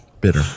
bitter